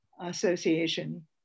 Association